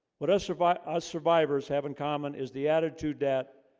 what else are but ah survivors have in common is the attitude that?